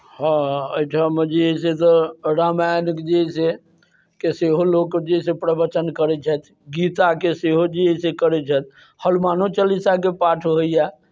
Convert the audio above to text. हँ हँ एहिठाम जे अइ से तऽ रामायणक जे अइ से के सेहो लोक जे अइ से प्रवचन करैत छथि गीताके सेहो जे अइ से करैत छथि हनुमानो चालीसाके पाठ होइए